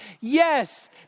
Yes